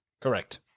Correct